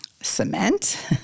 cement